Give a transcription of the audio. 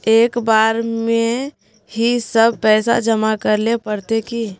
एक बार में ही सब पैसा जमा करले पड़ते की?